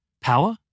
Power